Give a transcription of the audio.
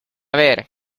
ver